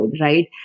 right